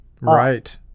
Right